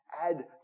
Add